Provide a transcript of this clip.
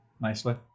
nicely